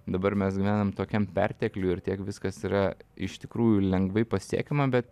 dabar mes gyvenam tokiam pertekliuj ir tiek viskas yra iš tikrųjų lengvai pasiekiama bet